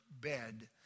bed